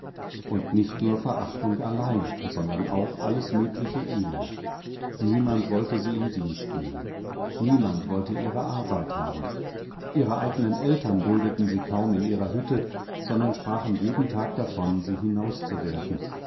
und nicht nur verachtung allein sondern auch alles mögliche elend niemand wollte sie in dienst nehmen niemand wollte ihre arbeit haben ihre eignen eltern duldeten sie kaum in ihrer hütte sondern sprachen jeden tag davon sie